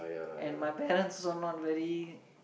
and my parents also not very